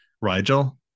Rigel